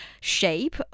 shape